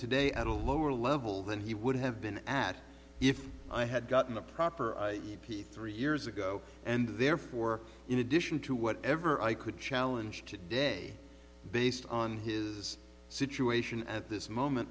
today at a lower level than he would have been at if i had gotten a proper i p three years ago and therefore in addition to whatever i could challenge today based on his situation at this moment